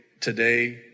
today